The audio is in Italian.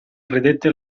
credette